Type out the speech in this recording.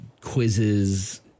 quizzes